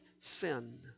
sin